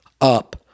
up